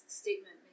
statement